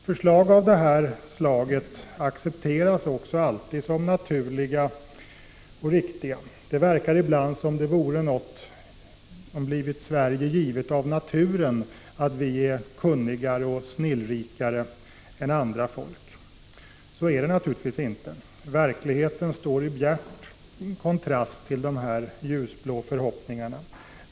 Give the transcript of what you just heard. Förslag av den här typen accepteras också alltid som naturliga och riktiga. Det verkar ibland som om det vore något som blivit svenskar givet av naturen att vara kunnigare och mera snillrika än andra folk. Så är det naturligtvis inte. Verkligheten står i bjärt kontrast till de här ljusblå förhoppningarna.